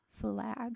flag